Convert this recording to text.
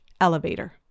elevator